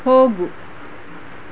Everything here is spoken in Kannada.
ಹೋಗು